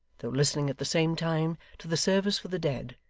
though listening at the same time to the service for the dead,